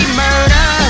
murder